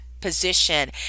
position